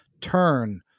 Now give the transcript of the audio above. turn